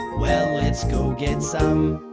well, let's go get some.